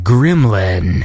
Gremlin